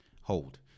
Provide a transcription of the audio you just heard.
Hold